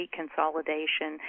consolidation